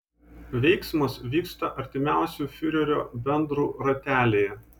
veiksmas vyksta artimiausių fiurerio bendrų ratelyje